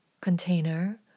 container